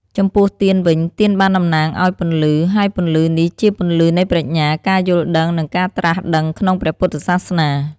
ចំំពោះទៀនវិញ ទៀនបានតំណាងឲ្យពន្លឺ ហើយពន្លឺនេះជាពន្លឺនៃប្រាជ្ញា ការយល់ដឹង និងការត្រាស់ដឹងក្នុងព្រះពុទ្ធសាសនា។